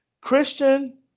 Christian